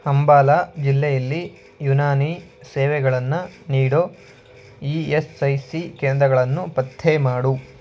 ಅಂಬಾಲಾ ಜಿಲ್ಲೆಯಲ್ಲಿ ಯುನಾನಿ ಸೇವೆಗಳನ್ನು ನೀಡೋ ಇ ಎಸ್ ಐ ಸಿ ಕೇಂದ್ರಗಳನ್ನು ಪತ್ತೆ ಮಾಡು